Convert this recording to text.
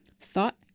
Thought